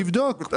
תבדוק.